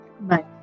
bye